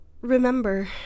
remember